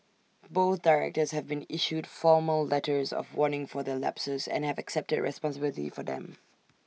both directors have been issued formal letters of warning for their lapses and have accepted responsibility for them